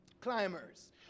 climbers